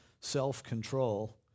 self-control